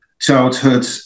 childhood